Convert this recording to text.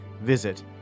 Visit